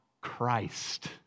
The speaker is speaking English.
Christ